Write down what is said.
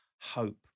hope